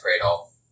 Cradle